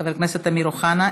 חבר הכנסת אמיר אוחנה,